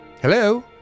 Hello